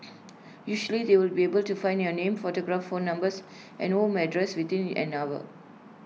usually they would be able to find your name photograph phone numbers and home address within an hour